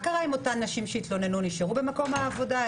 הן נשארו במקום העבודה?